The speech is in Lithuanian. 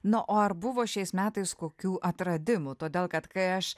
na o ar buvo šiais metais kokių atradimų todėl kad kai aš